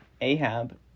Ahab